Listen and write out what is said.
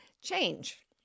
change